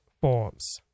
forms